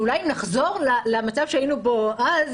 ואולי נחזור למצב שהיינו בו אז.